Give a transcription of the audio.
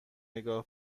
نگاه